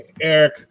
Eric